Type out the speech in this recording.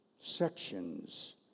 sections